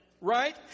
right